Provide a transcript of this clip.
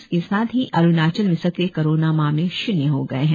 इसके साथ ही अरुणाचल में सक्रिय कोरोना मामले शुन्य हो गए है